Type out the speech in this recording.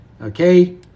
Okay